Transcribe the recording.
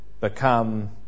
become